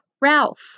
Ralph